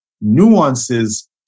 nuances